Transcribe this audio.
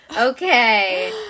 Okay